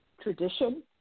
tradition